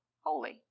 holy